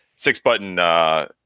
six-button